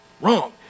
wrong